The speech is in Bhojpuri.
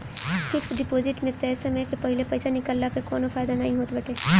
फिक्स डिपाजिट में तय समय के पहिले पईसा निकलला पअ कवनो फायदा नाइ होत बाटे